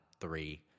three